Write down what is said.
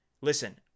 listen